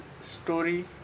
story